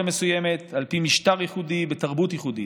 מסוימת על פי משטר ייחודי בתרבות ייחודית.